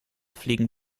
fliegen